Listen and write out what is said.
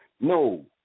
no